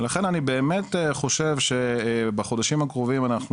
ולכן אני באמת חושב שבחודשים הקרובים אנחנו